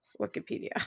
Wikipedia